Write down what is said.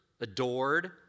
adored